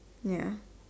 ya